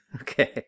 Okay